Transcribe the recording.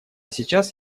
сейчас